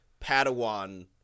Padawan